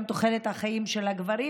וגם תוחלת החיים של הגברים,